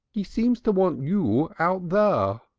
he seems to want you out there.